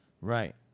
Right